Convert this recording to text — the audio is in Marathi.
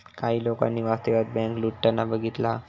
काही लोकांनी वास्तवात बँक लुटताना बघितला हा